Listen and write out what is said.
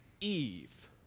Eve